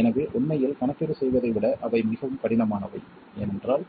எனவே உண்மையில் கணக்கீடு செய்வதை விட அவை மிகவும் கடினமானவை ஏனென்றால்